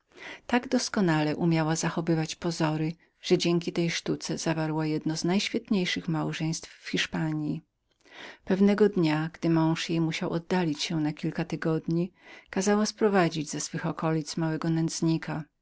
tak doskonale umiała przybierać różne powierzchowności że dzięki tej sztuce zawarła jedno z najświetniejszych małżeństw w hiszpanji pewnego dnia gdy mąż musiał oddalić się kazała sprowadzić ze swojej prowincyi małego nędznika